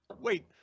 Wait